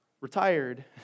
retired